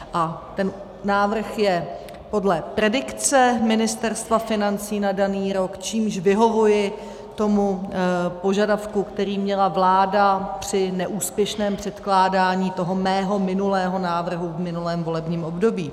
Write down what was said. A ten návrh je podle predikce Ministerstva financí na daný rok, čímž vyhovuji tomu požadavku, který měla vláda při neúspěšném předkládání toho mého minulého návrhu v minulém volebním období.